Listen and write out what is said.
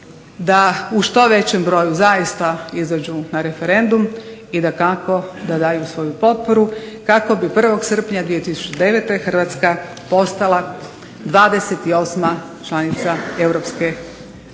da u što većem broju zaista izađu na referendum i dakako da daju svoju potporu kako bi 1. Srpnja 2009. Hrvatska postala 28 članica